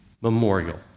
memorial